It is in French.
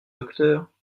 docteur